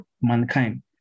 mankind